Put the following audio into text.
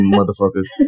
motherfuckers